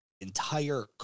entire